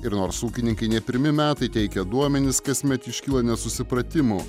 ir nors ūkininkai ne pirmi metai teikia duomenis kasmet iškyla nesusipratimų